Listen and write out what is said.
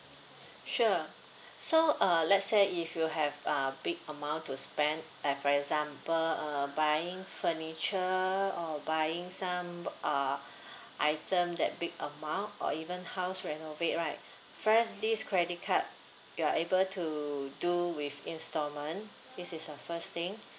sure so uh let's say if you have a big amount to spend like for example uh buying furniture or buying some uh item that big amount or even house renovate right first this credit card you are able to do with installment this is the first thing